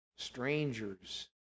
strangers